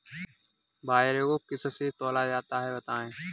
बाजरे को किससे तौला जाता है बताएँ?